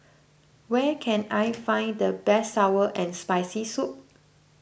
where can I find the best Sour and Spicy Soup